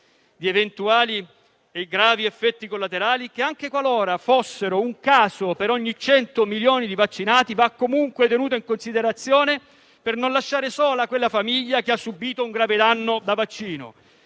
di eventuali e gravi effetti collaterali. Anche qualora si verificasse un caso ogni 100 milioni di vaccinati, va comunque tenuto in considerazione per non lasciare sola quella famiglia che ha subito un grave danno da vaccino,